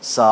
sa